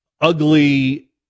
ugly